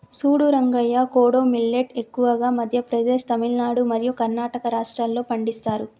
సూడు రంగయ్య కోడో మిల్లేట్ ఎక్కువగా మధ్య ప్రదేశ్, తమిలనాడు మరియు కర్ణాటక రాష్ట్రాల్లో పండిస్తారు